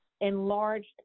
enlarged